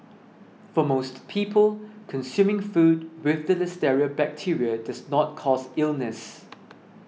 for most people consuming food with the listeria bacteria does not cause illness